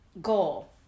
goal